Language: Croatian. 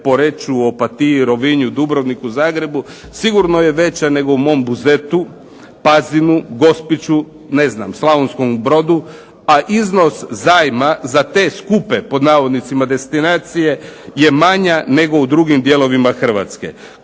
Poreču, Opatiji, Rovinju, Dubrovniku, Zagrebu sigurno je veća nego u mom Buzetu, Pazinu, Gospiću, ne znam, Slavonskom Brodu, a iznos zajma za te skupe, pod navodnicima, destinacije je manja nego u drugim dijelovima Hrvatske.